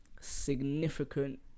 significant